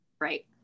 right